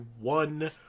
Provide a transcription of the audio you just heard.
one